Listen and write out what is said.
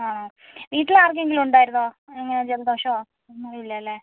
ആണോ വീട്ടിലാർക്കെങ്കിലും ഉണ്ടായിരുന്നോ അങ്ങനെ ജലദോഷാമോ ഒന്നുവില്ലാല്ലെ